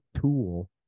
tool